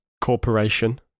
corporation